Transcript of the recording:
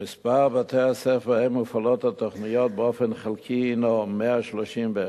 מספר בתי-הספר שבהם מופעלות התוכניות באופן חלקי הינו 131,